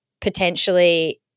potentially